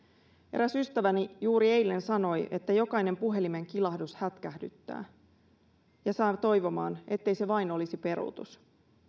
eräs ystäväni juuri eilen sanoi että jokainen puhelimen kilahdus hätkähdyttää ja saa toivomaan ettei se vain olisi peruutus